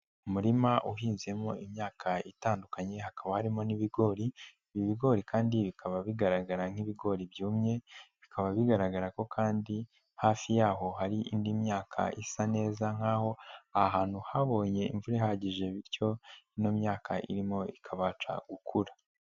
Umurima uhinzemo imyaka itandukanye hakaba harimo n'ibigori, ibi bigori kandi bikaba bigaragara nk'ibigori byumye, bikaba bigaragara ko kandi hafi yaho hari indi myaka isa neza nk'aho aha hantu habonye imvura ihagije bityo ino myaka irimo ikabasha gukura.